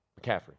McCaffrey